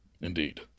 Indeed